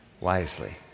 wisely